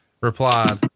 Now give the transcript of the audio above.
replied